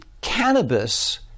cannabis